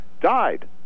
died